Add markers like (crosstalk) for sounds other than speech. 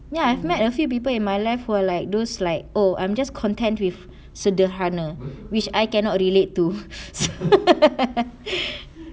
ya I've met a few people in my life were like those like oh I'm just contend with sederhana which I cannot relate to (laughs)